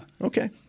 Okay